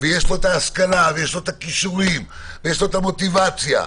ויש לו השכלה, כישורים ומוטיבציה,